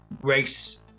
race